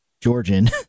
Georgian